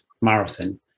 marathon